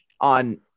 on